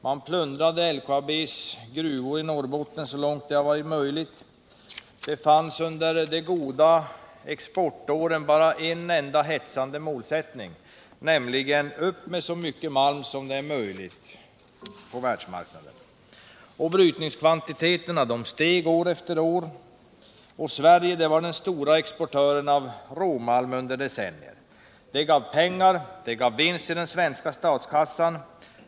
Man plundrade LKAB:s gruvor i Norrbotten så långt det var möjligt. Det fanns under de goda exportåren bara en enda hetsande målsättning: Ut med så mycket malm som möjligt till världsmarknaden! Brytningskvantiteterna steg år efter år, och Sverige var under decennier den stora exportören av råmalm. Det gav pengar och vinst åt den svenska statskassan.